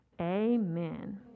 Amen